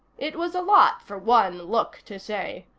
it was a lot for one look to say,